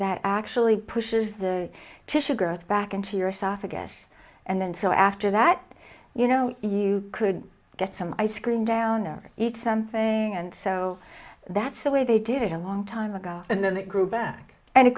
that actually pushes the tissue girth back into your softer guess and then so after that you know you could get some ice cream down or eat something and so that's the way they did it a long time ago and then it grew back and